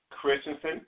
Christensen